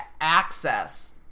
access